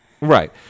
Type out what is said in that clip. Right